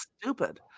stupid